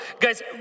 guys